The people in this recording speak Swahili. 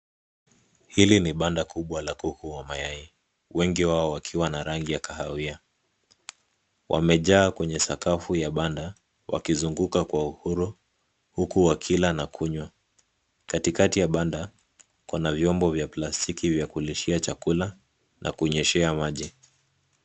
Hili ni banda kubwa la kuku wa mayai wengi wao wakiwa na rangi ya kahawia. Wamejaa kwenye sakafu ya banda wakizunguka kwa uhuru huku wakila na kunywa. Katikati ya banda kuna vyombo vya plastiki vya kulishia chakula na kunyweshea maji.